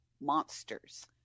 monsters